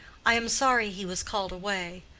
i am sorry he was called away.